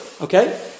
Okay